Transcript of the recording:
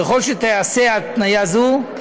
ככל שתיעשה התניה זו,